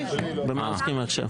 עוסקים עכשיו?